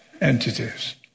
entities